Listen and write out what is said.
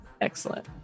excellent